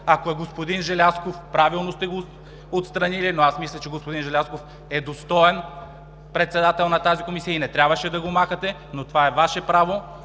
Ако е господин Желязков – правилно сте го отстранили, но аз мисля, че господин Желязков е достоен председател на тази Агенция и не трябваше да го махате, но това е Ваше право.